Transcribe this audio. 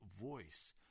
voice